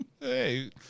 Hey